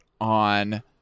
on